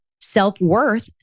self-worth